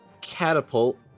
Catapult